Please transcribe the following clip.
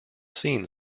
seen